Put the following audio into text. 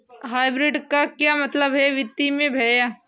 Hybrid का क्या मतलब है वित्तीय में भैया?